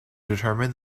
determine